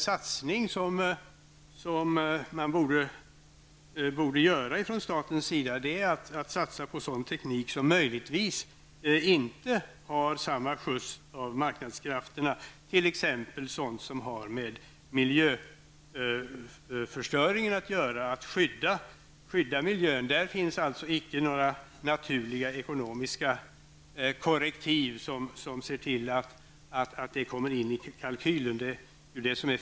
Vad som borde göras från statens sida är att satsa på teknik som möjligtvis inte har samma skjuts av marknadskrafterna, t.ex. sådan som har att göra med att skydda miljön. Där finns inga naturliga ekonomiska korrektiv som ser till att miljöförstöringen kommer in i kalkylen.